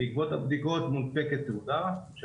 בעקבות הבדיקות מונפקת תעודה כאשר